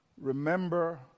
remember